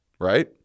right